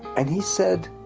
and he said,